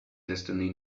destiny